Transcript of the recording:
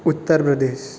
Uttar Pradesh